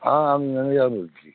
হ্যাঁ আমি ম্যানেজার বলছি